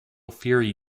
fury